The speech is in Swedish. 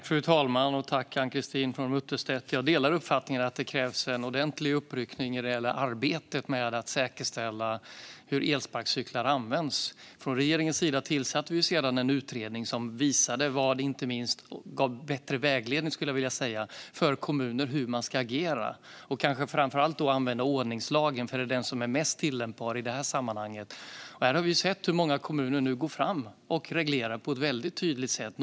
Fru talman! Tack, Ann-Christine From Utterstedt, för frågan! Jag delar uppfattningen att det krävs en ordentlig uppryckning när det gäller arbetet med att säkerställa hur elsparkcyklar används. Från regeringens sida tillsatte vi en utredning som gav bättre vägledning för hur kommuner hur ska agera och kanske framför allt använda ordningslagen, för det är den som är mest tillämpbar i det här sammanhanget. Vi har sett hur många kommuner nu går fram och reglerar på ett väldigt tydligt sätt.